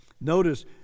Notice